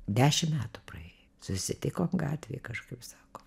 dešim metų praėjo susitikom gatvėj kažkaip sako